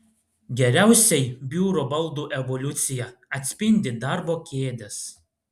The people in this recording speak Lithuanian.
geriausiai biuro baldų evoliuciją atspindi darbo kėdės